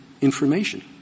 information